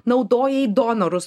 naudojai donorus